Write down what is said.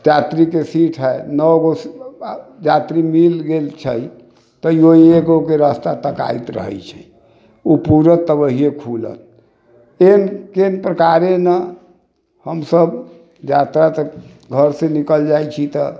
यात्रीके सीट हय नओगो यात्री मिलि गेल छै तैयो एगोके रास्ता तकाइत रहै छै उ पूरत तभिये खुलत एन केन प्रकारे ने हमसभ यात्रा तक घरसँ निकलि जाइ छी तऽ